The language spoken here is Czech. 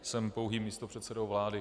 Jsem pouhým místopředsedou vlády.